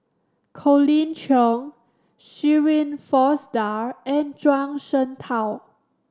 Colin Cheong Shirin Fozdar and Zhuang Shengtao